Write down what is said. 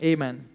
Amen